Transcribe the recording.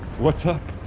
what's up?